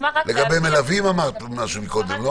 לגבי מלווים אמרת משהו מקודם.